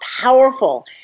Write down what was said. powerful